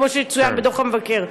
כמו שצוין בדוח המבקר.